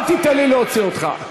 אל תיתן לי להוציא אותך.